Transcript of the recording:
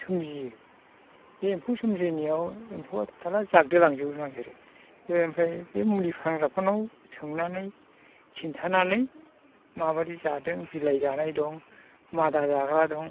सोमजियो बे एम्फौ सोमजिनायाव एम्फौआथ' थाला जाजोबलांजोबनो नागिरो ओमफ्राय बे मुलि फानग्राफोरनाव सोंनानै खिन्थानानै माबायदि जादों बिलाइ जानाय दं मादा जाग्रा दं